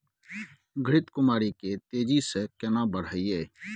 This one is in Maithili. घृत कुमारी के तेजी से केना बढईये?